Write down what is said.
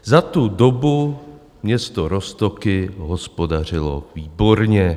Za tu dobu město Roztoky hospodařilo výborně.